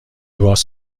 باز